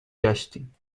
گشتیم